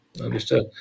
understood